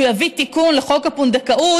שהוא יביא תיקון לחוק הפונדקאות,